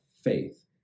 faith